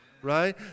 right